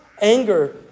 anger